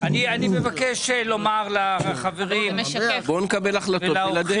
אני מבקש לומר לחברים ולאורחים.